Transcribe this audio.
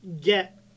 get